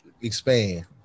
expand